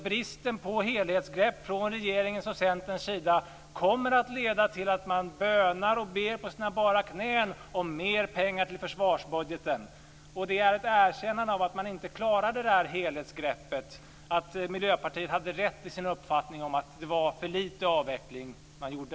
Bristen på helhetsgrepp från regeringens och Centerns sida kommer att leda till att man på sina bara knän bönar och ber om mer pengar till försvarsbudgeten. Det blir ett erkännande av att man inte klarade helhetsgreppet och av att Miljöpartiet hade rätt i sin uppfattning att det var för lite av avveckling som skedde.